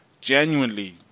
genuinely